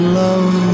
love